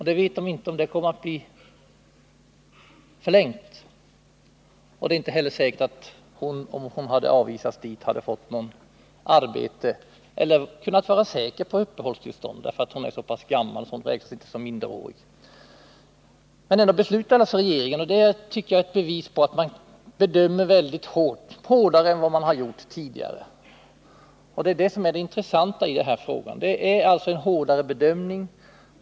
De vet inte om detta kommer att bli förlängt, och det är inte heller säkert, om hon hade avvisats dit, att hon hade fått något arbete eller kunnat vara säker på att få uppehållstillstånd, eftersom hon är så pass gammal att hon inte kan räknas som minderårig. Men regeringen beslutade som den gjorde, vilket jag tycker är ett bevis på att man bedömer hårt, hårdare än man gjort tidigare. Det intressanta i denna fråga är att det sker en hårdare bedömning.